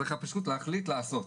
צריך פשוט להחליט לעשות.